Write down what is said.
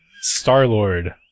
Star-Lord